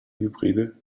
hybride